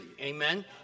amen